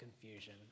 confusion